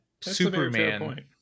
Superman-